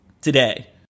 today